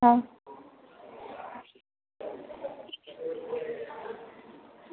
હા